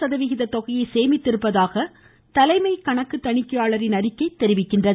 சகவிகிக தொகையை சேமித்திருப்பதாக தலைமை கணக்கு தணிக்கையாளரின் அறிக்கை தெரிவிக்கிறது